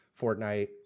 Fortnite